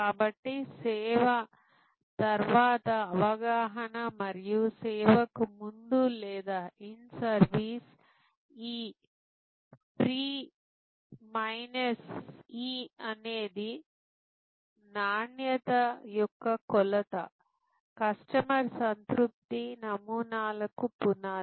కాబట్టి సేవ తర్వాత అవగాహన మరియు సేవకు ముందు లేదా ఇన్ సర్వీస్ ఈ పి మైనస్ E అనేది నాణ్యత యొక్క కొలత కస్టమర్ సంతృప్తి నమూనాలకు పునాది